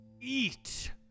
Eat